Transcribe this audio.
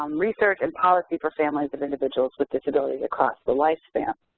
um research and policy for families of individuals with disabilities across the lifespan.